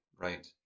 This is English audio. Right